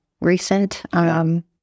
recent